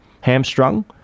hamstrung